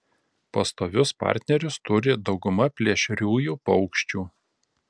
pastovius partnerius turi dauguma plėšriųjų paukščių